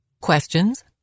Questions